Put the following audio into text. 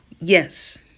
Yes